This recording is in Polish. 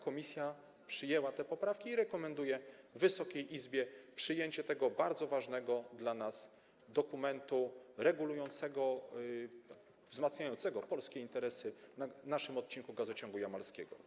Komisja przyjęła te poprawki i rekomenduje Wysokiej Izbie przyjęcie tego bardzo ważnego dla nas dokumentu regulującego, wzmacniającego polskie interesy na naszym odcinku gazociągu jamalskiego.